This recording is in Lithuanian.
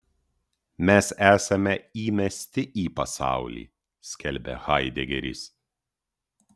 mes esame įmesti į pasaulį skelbia haidegeris